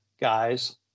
guys